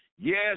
yes